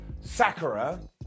Sakura